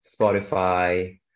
spotify